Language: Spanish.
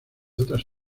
otras